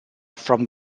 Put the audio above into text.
from